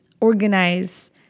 organize